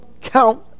count